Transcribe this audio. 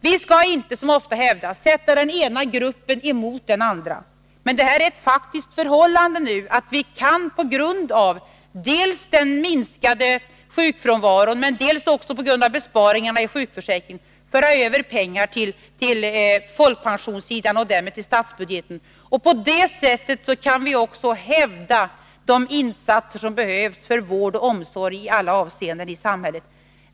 Vi bör inte — som ofta hävdas — sätta den ena gruppen mot den andra. Men här är det faktiska förhållandet att vi dels på grund av minskad sjukfrånvaro, dels på grund av besparingarna i sjukförsäkringen kan föra över pengar till folkpensionerna och därmed till statsbudgeten. På detta sätt kan vi också göra de insatser som behövs för vård och omsorg i alla avseenden i samhället.